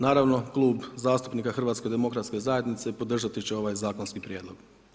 Naravno, Klub zastupnika HDZ-a podraži će ovaj zakonski prijedlog.